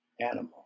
Animal